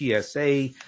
TSA